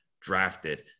drafted